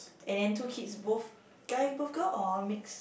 and then two kids both guy both girl or mixed